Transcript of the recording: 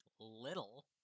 Little